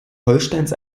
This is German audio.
holsteins